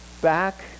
back